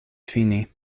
fini